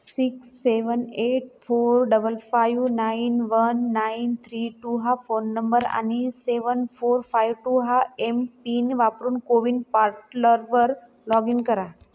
six seven eight four double five nine one nine three two हा phone number आणि seven four five two हा MPIN वापरून कोविन पार्टलरवर log in करा